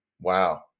Wow